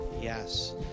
Yes